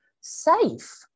safe